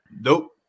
nope